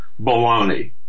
baloney